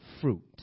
fruit